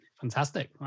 Fantastic